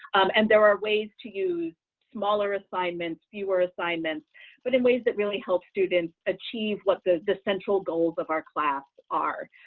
and there are ways to use smaller assignments, fewer assignments but in ways that really help students achieve what those essential goals of our class are,